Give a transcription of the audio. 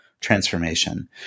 transformation